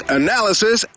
analysis